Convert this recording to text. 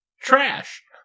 trash